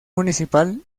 municipal